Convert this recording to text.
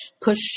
push